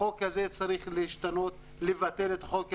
החוק הזה צריך להשתנות, צריך לבטל את החוק הזה,